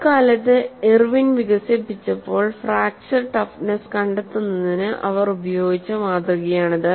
അക്കാലത്ത് ഇർവിൻ വികസിപ്പിച്ചപ്പോൾഫ്രാക്ച്ചർ ടഫ്നെസ്സ് കണ്ടെത്തുന്നതിന് അവർ ഉപയോഗിച്ച മാതൃകയാണിത്